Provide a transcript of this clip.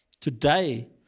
Today